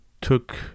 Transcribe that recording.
took